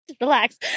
Relax